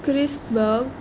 क्रिस्तबग